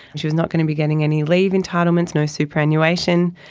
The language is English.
she was not going to be getting any leave entitlements, no superannuation,